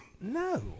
No